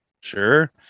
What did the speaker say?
Sure